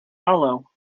hollow